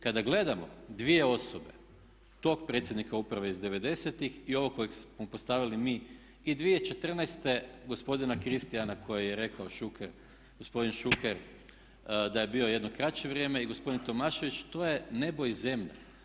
Kada gledamo dvije osobe tog predsjednika uprave iz devedesetih i ovog kojeg smo postavili mi i 2014. gospodina Kristijana koji je rekao Šuker, gospodin Šuker da je bio jedno kraće vrijeme i gospodin Tomašević to je nebo i zemlja.